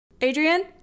adrian